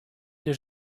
или